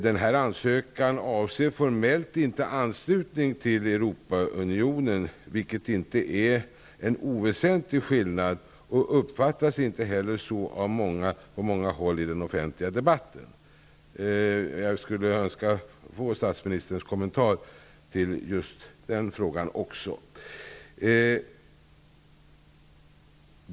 Denna ansökan avser formellt inte anslutning till Europaunionen, vilket inte är en oväsentlig skillnad, och den uppfattas inte heller så på många håll i den offentliga debatten. Jag skulle önska få statsministerns kommentar också till den frågan.